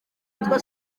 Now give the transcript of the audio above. yitwa